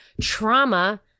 trauma